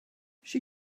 she